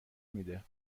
میده